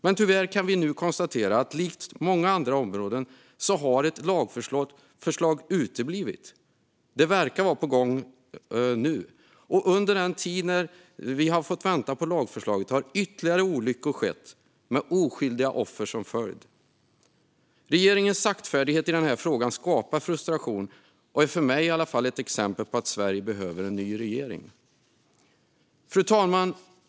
Men tyvärr kan vi nu konstatera att som på många andra områden har ett lagförslag uteblivit. Det verkar nu vara på gång, men under den tid då vi har fått vänta på lagförslaget har ytterligare olyckor skett med oskyldiga offer som följd. Regeringens saktfärdighet i frågan skapar frustation och är i alla fall för mig ett exempel på att Sverige behöver en ny regering. Fru talman!